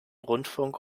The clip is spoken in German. rundfunk